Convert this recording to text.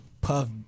Puff